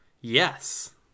Yes